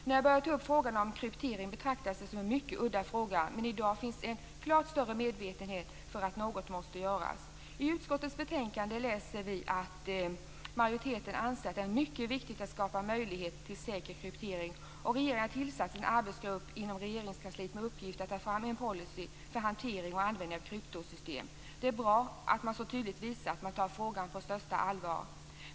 När jag började ta upp frågan om kryptering betraktades det som en mycket udda fråga, men i dag finns en klart större medvetenhet om att något måste göras. I utskottets betänkande läser vi att majoriteten anser att det är mycket viktigt att skapa möjlighet till säker kryptering. Regeringen har tillsatt en arbetsgrupp inom Regeringskansliet med uppgift att ta fram en policy för hantering och användning av kryptosystem. Det är bra att man så tydligt visar att man tar frågan på största allvar.